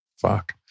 fuck